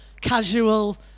casual